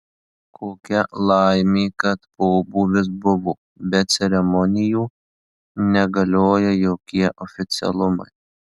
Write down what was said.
kokia laimė kad pobūvis buvo be ceremonijų negalioja jokie oficialumai